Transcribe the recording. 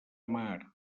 mar